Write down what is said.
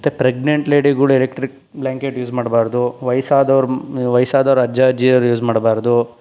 ಮತ್ತೆ ಪ್ರೆಗ್ನೆಂಟ್ ಲೇಡಿಗಳು electric blanket use ಮಾಡ್ಬಾರ್ದು ವಯಸ್ಸಾದವ್ರು ವಯಸ್ಸಾದವ್ರು ಅಜ್ಜ ಅಜ್ಜಿಯರು ಯೂಸ್ ಮಾಡ್ಬಾರ್ದು